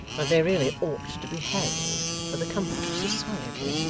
they really ought to be hanged for the comfort of society